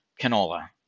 canola